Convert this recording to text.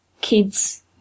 kids